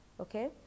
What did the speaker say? okay